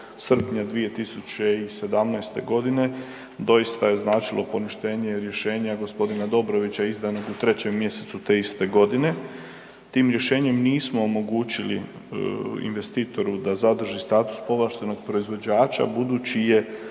srpnja 2017. godine doista je značilo poništenje rješenja gospodina Dobrovića izdanog u 3. mjesecu te iste godine. Tim rješenjem nismo omogućili investitoru da zadrži status povlaštenog proizvođača budući je